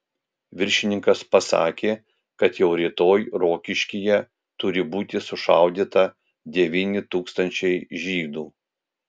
viršininkas pasakė kad jau rytoj rokiškyje turi būti sušaudyta devyni tūkstančiai žydų